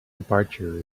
departure